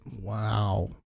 Wow